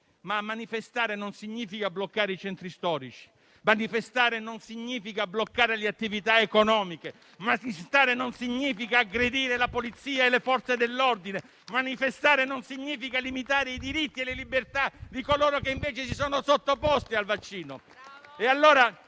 ma manifestare non significa bloccare i centri storici, non significa bloccare le attività economiche, non significa aggredire la Polizia e le Forze dell'ordine, non significa limitare i diritti e le libertà di coloro che invece si sono sottoposti al vaccino.